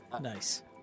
nice